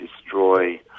destroy